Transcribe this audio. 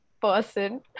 person